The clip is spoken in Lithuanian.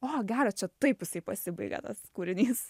o geras čia taip jisai pasibaigia tas kūrinys